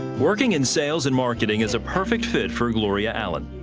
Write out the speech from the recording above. working in sales and marketing is a perfect fit for gloria ah and